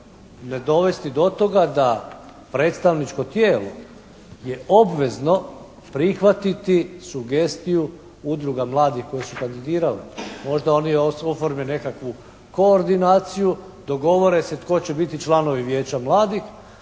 ne dovesti do toga da predstavničko tijelo je obvezno prihvatiti sugestiju udruga mladih koje su kandidirale. Možda oni oforme nekakvu koordinaciju, dogovore se tko će biti članovi vijeća mladih